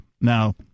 Now